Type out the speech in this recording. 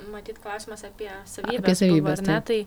matyt klausimas apie savybes buvo ar ne